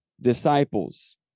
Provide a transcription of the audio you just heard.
disciples